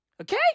Okay